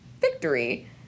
Victory